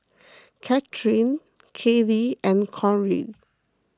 Catherine Kayli and Cori